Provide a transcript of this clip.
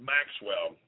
Maxwell